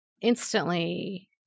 instantly